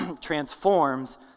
transforms